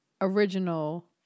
original